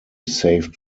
saved